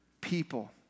people